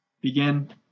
begin